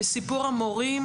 בסיפור של המורים